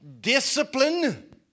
discipline